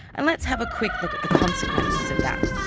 and let's have a quick look at the consequences of that.